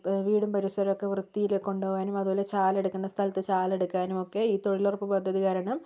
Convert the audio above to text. വീടും പരിസരമൊക്കെ വൃത്തിയിൽ കൊണ്ടുപോകാനും അതുപോലെ ചാലെടുക്കേണ്ട സ്ഥലത്ത് ചാലെടുക്കാനും ഒക്കെ ഈ തൊഴിലുറപ്പ് പദ്ധതി കാരണം